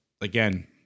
again